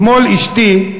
אתמול אשתי,